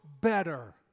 better